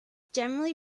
generally